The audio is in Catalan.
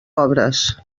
obres